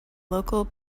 local